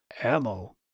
Ammo